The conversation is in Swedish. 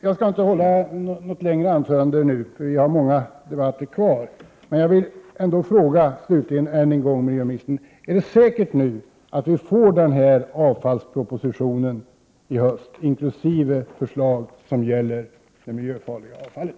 Jag skall inte hålla något längre anförande nu — vi har många debatter kvar — men jag vill ändå slutligen än en gång fråga miljöministern: Är det nu säkert att vi i höst får avfallspropositionen inkl. förslag som gäller det miljöfarliga avfallet?